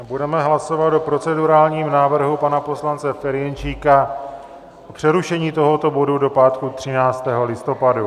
Budeme hlasovat o procedurálním návrhu pana poslance Ferjenčíka o přerušení tohoto bodu do pátku 13. listopadu.